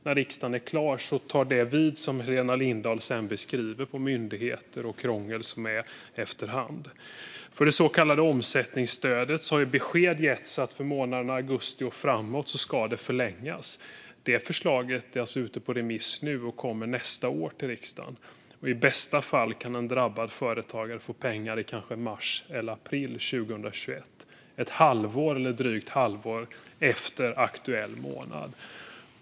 När riksdagen är klar tar det vid som Helena Lindahl beskrev när det gäller myndigheter och krångel i efterhand. För det så kallade omsättningsstödet har besked getts att det ska förlängas för månaderna augusti och framåt. Förslaget är ute på remiss just nu och kommer till riksdagen nästa år. I bästa fall kan en drabbad företagare få pengar kanske i mars eller april 2021, ett drygt halvår efter aktuell månad.